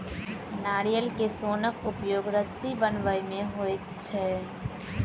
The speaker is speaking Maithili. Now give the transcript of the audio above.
नारियल के सोनक उपयोग रस्सी बनबय मे होइत छै